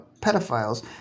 pedophiles